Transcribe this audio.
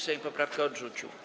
Sejm poprawkę odrzucił.